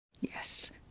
Yes